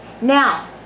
now